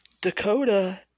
Dakota